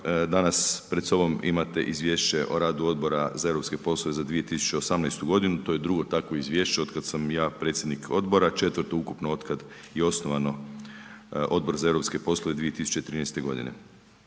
danas pred sobom imate Izvješće o radu Odbora za europske poslove za 2018. godinu, to je drugo takvo izvješće od kada sam ja predsjednik odbora, četvrto ukupno je osnovan Odbor za europske poslove 2013. godine.